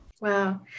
Wow